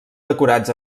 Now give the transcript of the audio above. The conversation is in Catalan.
decorats